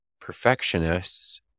perfectionists